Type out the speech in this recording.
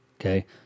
okay